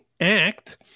Act